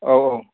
औ औ